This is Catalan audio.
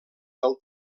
del